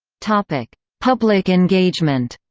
public public engagement